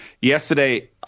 Yesterday